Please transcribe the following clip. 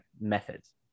methods